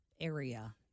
area